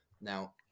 Now